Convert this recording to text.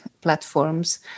platforms